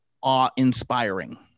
awe-inspiring